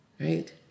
Right